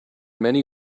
many